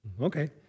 Okay